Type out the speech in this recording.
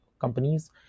companies